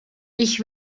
ich